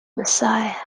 messiah